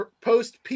post